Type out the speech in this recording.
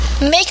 make